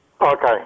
Okay